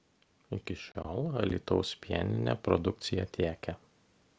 iki šiol alytaus pieninė produkciją tiekė